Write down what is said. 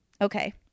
Okay